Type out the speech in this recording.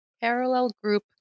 parallel-group